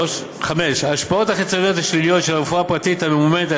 5. ההשפעות החיצוניות השליליות של הרפואה הפרטית הממומנת על